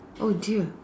oh dear